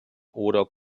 oder